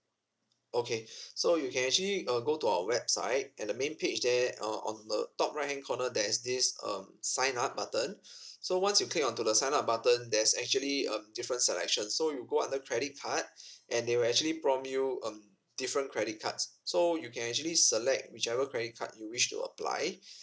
okay so you can actually uh go to our website at the main page there uh on the top righthand corner there is this um sign up button so once you click onto the sign up button there's actually um different selection so you go under credit card and they will actually prompt you um different credit cards so you can actually select whichever credit card you wish to apply